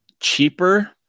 cheaper